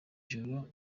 joro